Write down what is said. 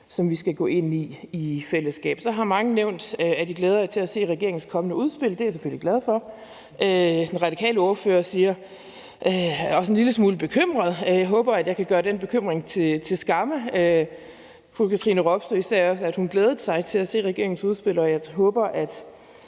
som vi skal gå ind i i fællesskab. Så har mange nævnt, at de glæder sig til at se regeringens udspil. Det er jeg selvfølgelig glad for. Den radikale ordfører siger, at hun også er en lille smule bekymret. Jeg håber, jeg kan gøre den bekymring til skamme. Fru Katrine Robsøe sagde også, at hun glædede sig til at se regeringens udspil, og jeg håber, at